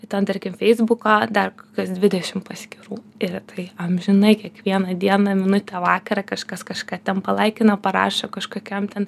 ir ten tarkim feisbuko dar kokios dvidešim paskyrų ir tai amžinai kiekvieną dieną minutę vakarą kažkas kažką ten palaikina parašo kažkokiam ten